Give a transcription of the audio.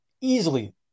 easily